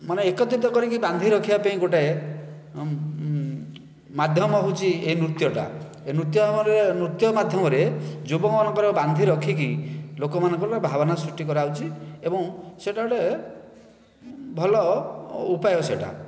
ମାନେ ଏକତ୍ରିତ କରିକି ବାନ୍ଧିରଖିବା ପାଇଁ ଗୋଟିଏ ମାଧ୍ୟମ ହେଉଛି ଏ ନୃତ୍ୟଟା ଏ ନୃତ୍ୟ ଆମର ନୃତ୍ୟ ମାଧ୍ୟମରେ ଯୁବକମାନଙ୍କର ବାନ୍ଧିରଖିକି ଲୋକମାନଙ୍କୁ ଭାବନା ସୃଷ୍ଟି କରାଯାଉଛି ଏବଂ ସେଇଟା ଗୋଟିଏ ଭଲ ଉପାୟ ସେଇଟା